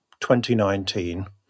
2019